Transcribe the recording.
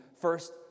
first